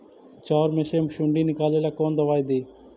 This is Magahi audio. चाउर में से सुंडी निकले ला कौन दवाई दी?